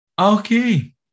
Okay